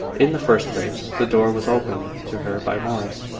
in the first place, the door was opened to her by morris.